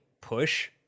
push